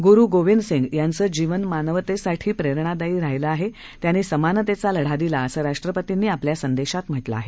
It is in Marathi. गुरूगोबिन्दसिंह यांचं जीवन मानवतेसाठी पेरणादायी राहिलं आहे त्यांनी समानतेचा लढा दिला असं राष्ट्रपतींनी आपल्या संदेशात म्हटलं आहे